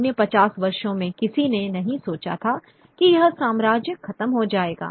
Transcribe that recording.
अन्य 50 वर्षों में किसी ने नहीं सोचा था कि यह साम्राज्य खत्म हो जाएगा